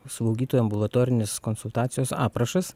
slaugytojų ambulatorinis konsultacijos aprašas